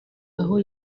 aho